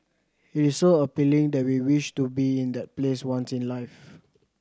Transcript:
it is so appealing that we wish to be in that place once in life